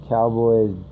Cowboys